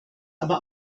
aber